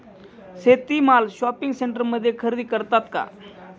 शेती माल शॉपिंग सेंटरमध्ये खरेदी करतात का?